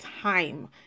time